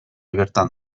bertan